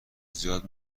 زیاد